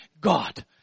God